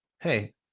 hey